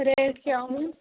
rate کیٛاہ یِمَن